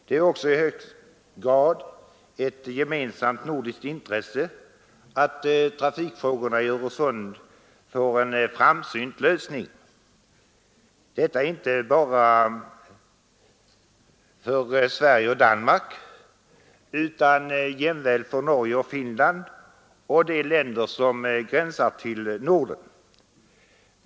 Det är också i hög grad ett gemensamt nordiskt intresse att trafikfrågorna i Öresund får en framsynt lösning, detta inte bara för Sverige och Danmark utan jämväl för Norge och Finland och de länder som gränsar till Norden.